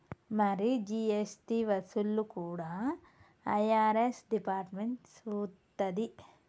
మరి జీ.ఎస్.టి వసూళ్లు కూడా ఐ.ఆర్.ఎస్ డిపార్ట్మెంట్ సూత్తది